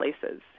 places